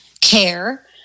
care